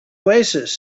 oasis